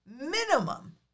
minimum